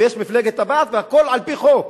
ויש מפלגת הבעת', והכול על פי חוק.